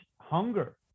hunger